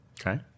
Okay